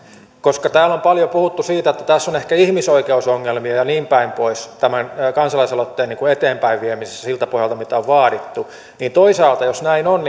kun täällä on paljon puhuttu siitä että tässä on ehkä ihmisoikeusongelmia ja niinpäin pois tämän kansalaisaloitteen eteenpäinviemisessä siltä pohjalta mitä on vaadittu niin toisaalta jos näin on